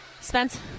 Spence